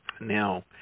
Now